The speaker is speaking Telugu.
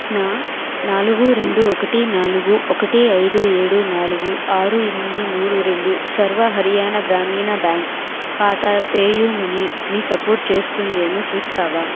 నా నాలుగు రెండు ఒకటి నాలుగు ఒకటి ఐదు ఏడు నాలుగు ఆరు ఎనిమిది మూడు రెండు సర్వ హర్యానా గ్రామీణ బ్యాంక్ ఖాతా పేయూ మనీని సపోర్టు చేస్తుందేమో చూస్తావా